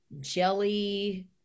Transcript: jelly